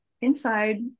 inside